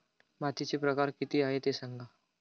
मातीचे प्रकार किती आहे ते सांगा